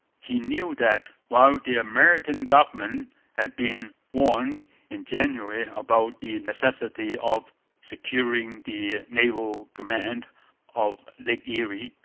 he knew that, while the american government had been warned in january about the necessity of securing the naval command of lake erie,